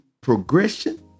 progression